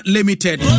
Limited